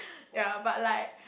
ya but like